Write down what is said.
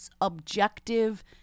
objective